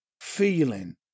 feeling